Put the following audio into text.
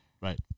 Right